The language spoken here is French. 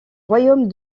royaume